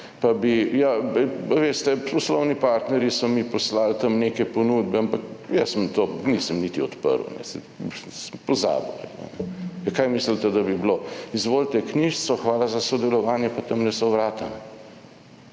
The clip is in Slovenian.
pa bi: »Veste, poslovni partnerji so mi poslali tam neke ponudbe, ampak jaz to nisem niti odprl, sem pozabil.« Kaj mislite, da bi bilo? Izvolite knjižico, hvala za sodelovanje, pa tamle so vrata,